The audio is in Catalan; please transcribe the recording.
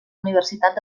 universitat